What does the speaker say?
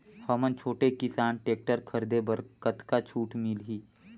हमन छोटे किसान टेक्टर खरीदे बर कतका छूट मिलही?